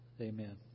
amen